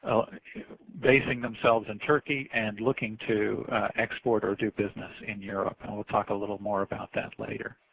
basing themselves in turkey and looking to export or do business in europe. and weill talk a little more about that later.